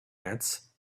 ants